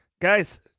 guys